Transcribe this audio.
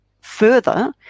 further